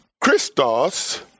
Christos